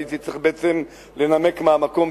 ובעצם הייתי צריך לנמק מהמקום.